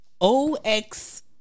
OX